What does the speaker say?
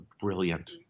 brilliant